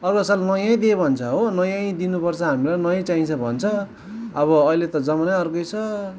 अर्को साल नयै दे भन्छ हो नयै दिनुपर्छ हामीलाई नयै चाहिन्छ भन्छ अब अहिले त जमानै अर्कै छ